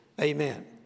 Amen